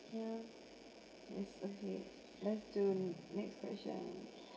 mm next okay let's do next question